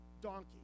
donkey